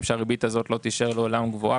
שהריבית הזו לא תישאר לעולם גבוהה,